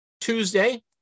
Tuesday